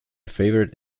favourite